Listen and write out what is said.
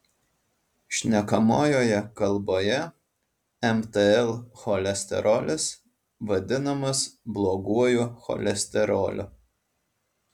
šnekamojoje kalboje mtl cholesterolis vadinamas bloguoju cholesteroliu